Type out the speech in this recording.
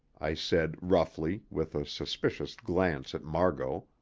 i said, roughly, with a suspicious glance at margot.